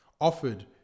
offered